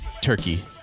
Turkey